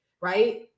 right